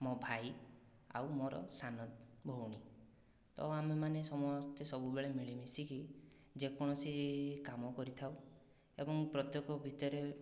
ମୋ' ଭାଇ ଆଉ ମୋର ସାନ ଭଉଣୀ ତ ଆମେମାନେ ସମସ୍ତେ ସବୁବେଳେ ମିଳି ମିଶିକି ଯେ କୌଣସି କାମ କରିଥାଉ ଏବଂ ପ୍ରତ୍ୟେକ ଭିତରେ